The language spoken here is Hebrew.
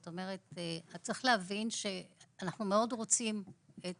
צריך להבין שאנחנו מאוד רוצים את